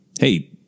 hey